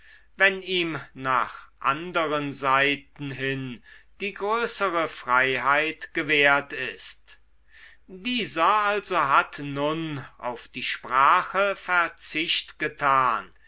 wenn ihm nach anderen seiten hin die größere freiheit gewährt ist dieser also hat nun auf die sprache verzicht getan